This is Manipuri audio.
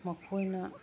ꯃꯈꯣꯏꯅ